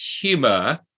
humor